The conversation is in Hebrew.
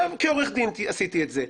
כעורך דין עשיתי את זה.